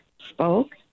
spoke